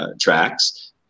Tracks